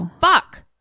Fuck